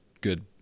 good